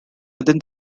within